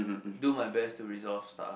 do me best to resolve stuff